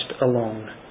alone